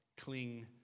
cling